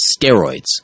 steroids